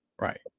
Right